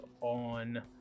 on